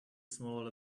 small